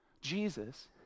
Jesus